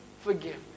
forgiveness